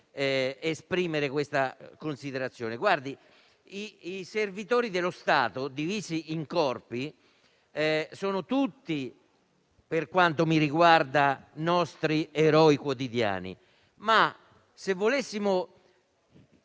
esprimere questa considerazione. I servitori dello Stato, divisi in Corpi, sono tutti, per quanto mi riguarda, nostri eroi quotidiani; ma se volessimo